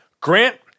Grant